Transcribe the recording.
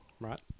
Right